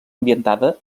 ambientada